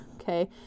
Okay